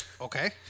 Okay